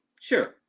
Sure